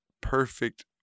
perfect